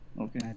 Okay